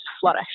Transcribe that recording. flourish